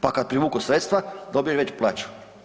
Pa kad privuku sredstva, dobiju veću plaću.